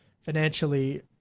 financially